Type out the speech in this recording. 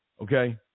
Okay